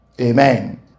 Amen